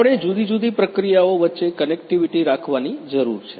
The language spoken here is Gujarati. આપણે જુદી જુદી પ્રક્રિયાઓ વચ્ચે કનેક્ટિવિટી રાખવાની જરૂર છે